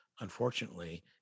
unfortunately